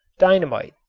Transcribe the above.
dynamite.